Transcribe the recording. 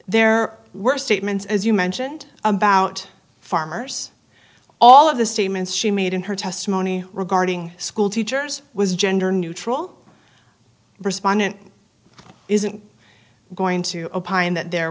there were statements as you mentioned about farmers all of the statements she made in her testimony regarding school teachers was gender neutral respondent isn't going to opine that there